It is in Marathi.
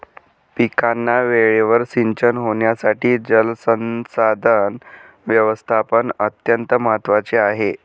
पिकांना वेळेवर सिंचन होण्यासाठी जलसंसाधन व्यवस्थापन अत्यंत महत्त्वाचे आहे